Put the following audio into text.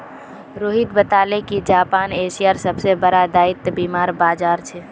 रोहित बताले कि जापान एशियार सबसे बड़ा दायित्व बीमार बाजार छे